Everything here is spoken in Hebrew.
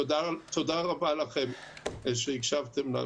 תודה רבה לכם שהקשבתם לנו.